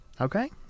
Okay